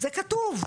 זה כתוב.